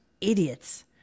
idiots